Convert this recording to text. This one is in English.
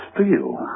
steel